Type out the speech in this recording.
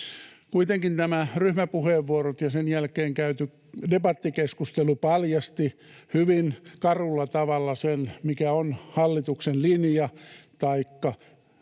Kuitenkin nämä ryhmäpuheenvuorot ja sen jälkeen käyty debattikeskustelu paljastivat hyvin karulla tavalla sen, mikä on hallituksen linja — taikka